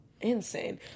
Insane